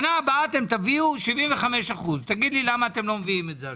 שנה הבאה תביאו 75%. תגיד לי למה אתם לא מביאים את זה השנה.